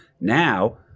Now